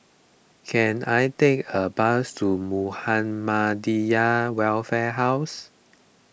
can I take a bus to Muhammadiyah Welfare House